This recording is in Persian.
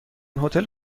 هتل